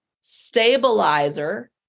stabilizer